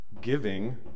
Giving